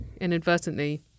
Inadvertently